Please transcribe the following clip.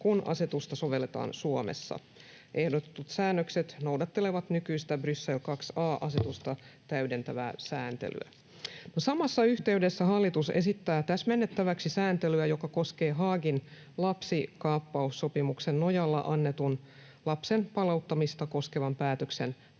kun asetusta sovelletaan Suomessa. Ehdotetut säännökset noudattelevat nykyistä Bryssel II a ‑asetusta täydentävää sääntelyä. Samassa yhteydessä hallitus esittää täsmennettäväksi sääntelyä, joka koskee Haagin lapsikaappaussopimuksen nojalla annetun, lapsen palauttamista koskevan päätöksen täytäntöönpanoa.